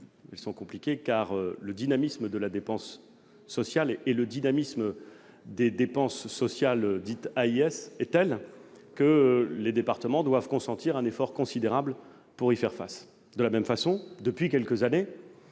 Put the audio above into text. le sont en raison du dynamisme de la dépense sociale. Le dynamisme des dépenses sociales dites « AIS » est tel que les départements doivent consentir un effort considérable pour y faire face. De la même façon, depuis quelques années,